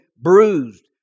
bruised